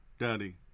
Daddy